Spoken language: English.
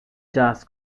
jazz